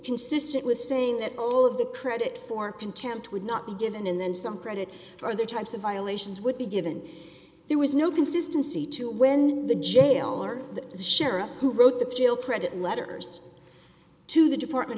consistent with saying that all of the credit for contempt would not be given and then some credit for the types of violations would be given there was no consistency to when the jailer the sheriff who wrote the jail credit letters to the department